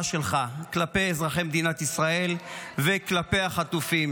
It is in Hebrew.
שלך כלפי אזרחי מדינת ישראל וכלפי החטופים.